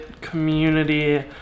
community